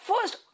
first